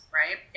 right